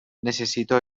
necessito